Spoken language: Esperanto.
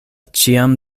ĉiam